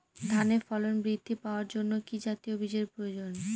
ধানে ফলন বৃদ্ধি পাওয়ার জন্য কি জাতীয় বীজের প্রয়োজন?